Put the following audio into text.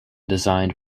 designed